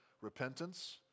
Repentance